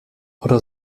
oder